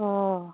অঁ